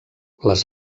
les